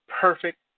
perfect